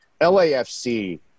LAFC